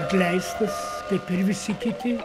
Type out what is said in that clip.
atleistas kaip ir visi kiti